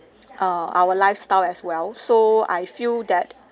err our lifestyle as well so I feel that